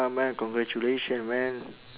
man congratulation man